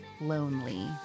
Lonely